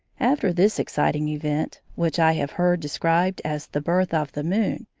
after this exciting event, which i have heard described as the birth of the moon,